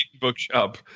bookshop